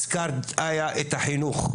הזכרת, איה, את החינוך.